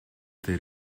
этой